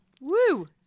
Woo